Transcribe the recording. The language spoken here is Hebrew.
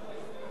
נתקבלה.